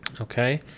Okay